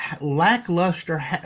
lackluster